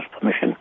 permission